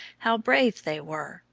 how brave they were,